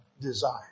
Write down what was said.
desire